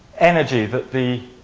energy that the